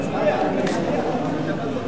הביטוח הלאומי (תיקון מס' 133),